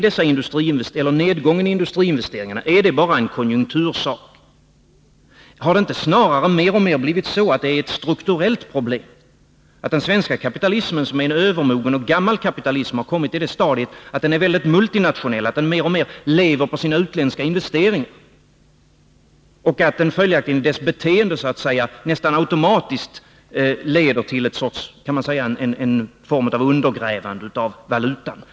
Men är nedgången i industriinvesteringarna bara en konjunkturfråga? Har det inte snarare mer och mer blivit så att detta är ett strukturellt problem? Har inte den svenska kapitalismen — som är en övermogen och gammal kapitalism — kommit till det stadiet att den är väldigt multinationell, att den mer och mer lever på sina utländska investeringar och att dess ”beteende” nästan automatiskt leder till en sorts undergrävande av valutan?